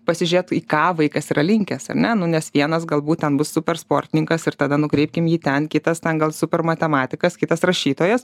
pasižiūėt į ką vaikas yra linkęs ar ne nu nes vienas galbūt ten bus super sportininkas ir tada nukreipkim jį ten kitas ten gal super matematikas kitas rašytojas